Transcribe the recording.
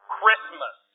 Christmas